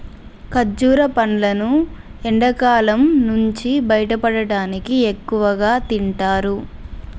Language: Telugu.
ఖర్జుర పండ్లును ఎండకాలం నుంచి బయటపడటానికి ఎక్కువగా తింటారు